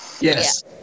yes